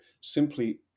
simply